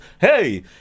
hey